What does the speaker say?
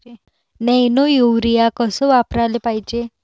Nano urea कस वापराले पायजे?